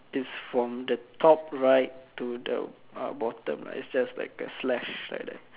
its from the top right to the uh bottom is just like a slash like that